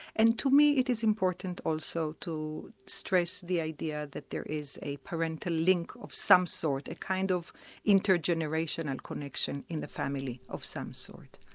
and to me it is important also to stress the idea that there is a parental link of some sort, a kind of inter-generational connection in the family of some sort.